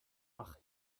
ach